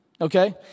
okay